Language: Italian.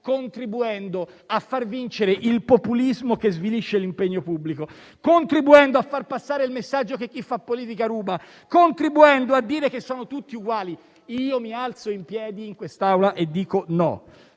contribuendo a far vincere il populismo che svilisce l'impegno pubblico, a far passare il messaggio che chi fa politica ruba, a dire che sono tutti uguali, io mi alzo in piedi in quest'Aula e dico di